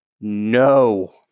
No